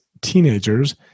teenagers